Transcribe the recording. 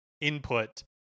input